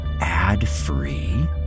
ad-free